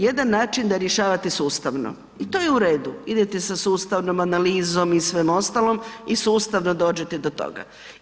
Jedan način da rješavate sustavno, i to je u redu, idete sa sustavnom analizom i svem ostalom i sustavno dođete do toga.